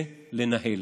וזה לנהל.